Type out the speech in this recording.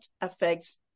affects